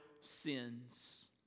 sins